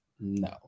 No